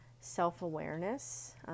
self-awareness